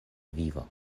vivo